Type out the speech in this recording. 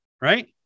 right